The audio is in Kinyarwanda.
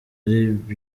ariko